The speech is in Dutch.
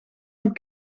een